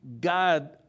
god